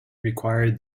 required